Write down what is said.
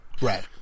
Right